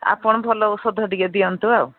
ଆପଣ ଭଲ ଔଷଧ ଟିକେ ଦିଅନ୍ତୁ ଆଉ